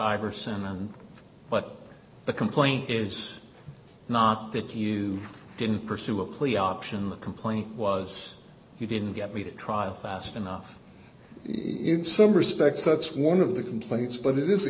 iverson and but the complaint is not that you didn't pursue a plea option the complaint was you didn't get me to trial fast enough in some respects that's one of the complaints but it is a